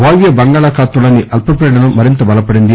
వాయువ్య బంగాళాఖాతంలోని అల్పపీడనం మరింత బలపడింది